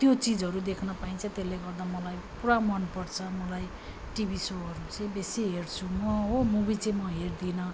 त्यो चिजहरू देख्न पाइन्छ त्यसले गर्दा मलाई पुरा मन पर्छ मलाई टिभी सोहरू चाहिँ बेसी हेर्छु म हो मुभि चाहिँ म हेर्दिनँ